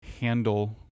handle